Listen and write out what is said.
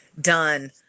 done